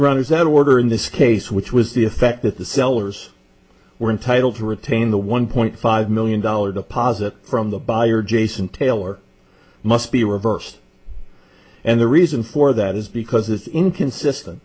of order in this case which was the effect that the sellers were entitled to retain the one point five million dollar deposit from the buyer jason taylor must be reversed and the reason for that is because it's inconsistent